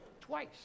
Twice